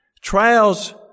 Trials